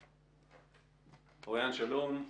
אוריין, שלום.